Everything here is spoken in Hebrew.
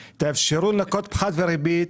תאפשרו לנו לנקות פחת וריבית,